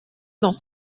dans